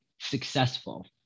successful